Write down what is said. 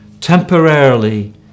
temporarily